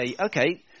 okay